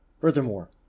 Furthermore